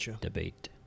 debate